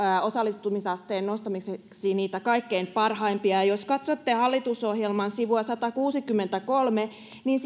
osallistumisasteen nostamiseksi niitä kaikkein parhaimpia ja jos katsotte hallitusohjelman sivua satakuusikymmentäkolme niin